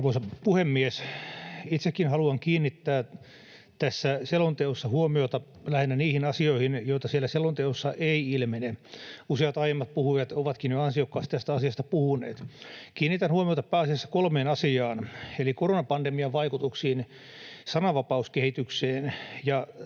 Arvoisa puhemies! Itsekin haluan kiinnittää tässä selonteossa huomiota lähinnä niihin asioihin, joita siitä ei ilmene. Useat aiemmat puhujat ovatkin jo ansiokkaasti tästä asiasta puhuneet. Kiinnitän huomiota pääasiassa kolmeen asiaan, eli koronapandemian vaikutuksiin, sananvapauskehitykseen ja